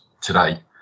today